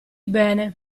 bene